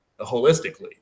holistically